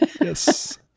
Yes